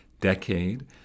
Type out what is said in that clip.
decade